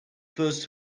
first